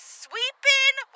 sweeping